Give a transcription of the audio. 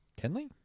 Kenley